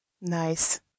Nice